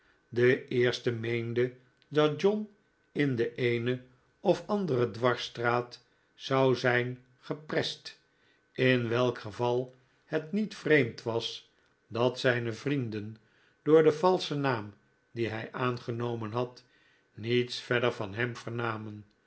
de eerste meende dat john in de eene of andere dwarsstraat zou zijn geprest in welk geval het niet vreemd was dat zijne vrienden door den valschen naam dien hi aangenomen had niets verder van hem